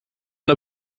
der